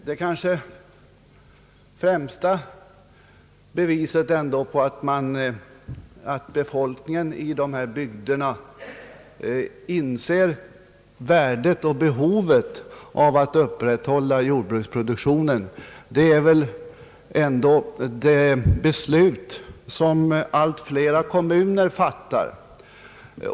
Det kanske främsta beviset för att befolkningen i dessa bygder inser värdet och behovet av att upprätthålla jordbruksproduktionen är de beslut, som allt flera kommuner fattar.